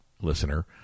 listener